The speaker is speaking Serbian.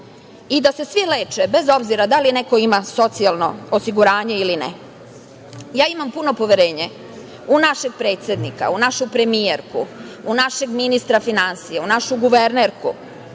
i da se svi leče, bez obzira da li neko ima socijalno osiguranje ili ne. Imam puno poverenje u našeg predsednika, u našu premijerku, u našeg ministra finansija, u našu guvernerku